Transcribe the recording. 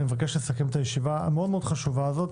אני מבקש לסכם את הישיבה החשובה מאוד הזאת.